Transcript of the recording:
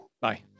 Bye